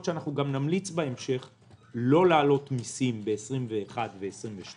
שנמליץ בהמשך לא להעלות מיסים ב-2021 וב-2022,